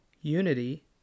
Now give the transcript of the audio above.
unity